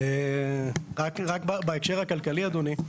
רק בהקשר הכלכלי, אדוני.